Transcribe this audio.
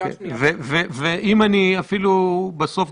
האם לא נכון לשקול מחדש את המספר הזה?